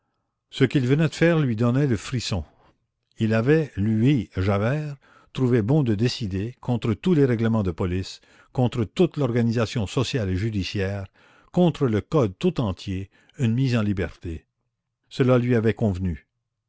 ce qu'il venait de faire lui donnait le frisson il avait lui javert trouvé bon de décider contre tous les règlements de police contre toute l'organisation sociale et judiciaire contre le code tout entier une mise en liberté cela lui avait convenu